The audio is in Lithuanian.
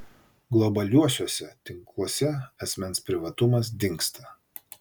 globaliuosiuose tinkluose asmens privatumas dingsta